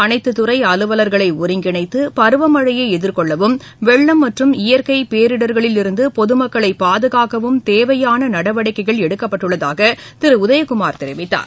அனைத்து துறை அலுவலர்களை ஒருங்கிணைத்து பருவமழையை எதிர்கொள்ளவும் வெள்ளம் மற்றும் இயற்கை பேரிடர்களில் இருந்து பொது மக்களை பாதுகாக்கவும் தேவையாள நடவடிக்கைகள் எடுக்கப்பட்டுள்ளதாகவும் திரு உதயகுமார் தெரிவித்தார்